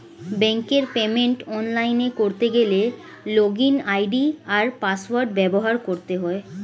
ব্যাঙ্কের পেমেন্ট অনলাইনে করতে গেলে লগইন আই.ডি আর পাসওয়ার্ড ব্যবহার করতে হয়